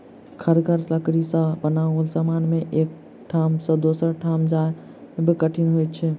कड़गर लकड़ी सॅ बनाओल समान के एक ठाम सॅ दोसर ठाम ल जायब कठिन होइत छै